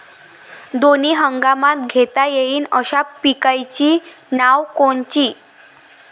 दोनी हंगामात घेता येईन अशा पिकाइची नावं कोनची?